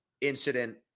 incident